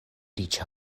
riĉa